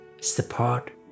support